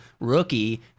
rookie